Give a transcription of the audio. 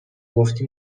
گفتی